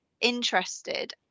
interested